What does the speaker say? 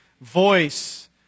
voice